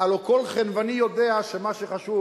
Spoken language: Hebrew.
הלוא כל חנווני יודע שמה שחשוב